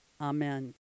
Amen